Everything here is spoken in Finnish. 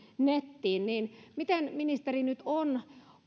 nettiin miten ministeri nyt on